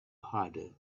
harder